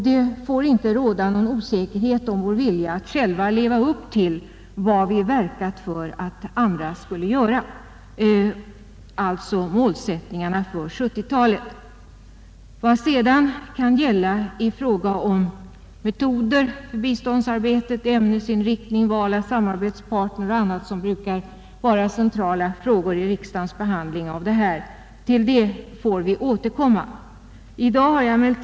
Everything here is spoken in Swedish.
Det får inte råda någon osäkerhet om vår vilja att själva leva upp till vad vi verkat för att andra skall göra, dvs. målsättningen för 1970-talet. Vad som sedan kan gälla i fråga om metoder för biståndsarbete, ämnesinriktning, val av samarbetspartner och annat som brukar vara centrala frågor i riksdagens behandling av biståndspolitiken får vi återkomma till.